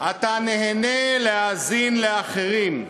אתה נהנה להאזין לאחרים.